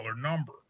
number